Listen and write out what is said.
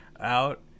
out